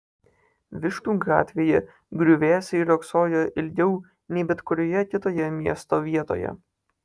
vištų gatvėje griuvėsiai riogsojo ilgiau nei bet kurioje kitoje miesto vietoje